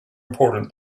important